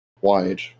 wide